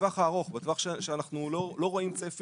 בטווח הארוך, בטווח שאנחנו לא רואים צפי